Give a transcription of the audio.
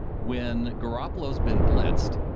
when garappolo has been blitzed,